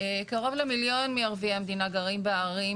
קרוב ל-1 מיליון מערביי המדינה גרים בערים,